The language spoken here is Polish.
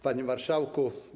Panie Marszałku!